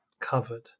covered